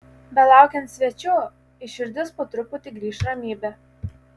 belaukiant švenčių į širdis po truputį grįš ramybė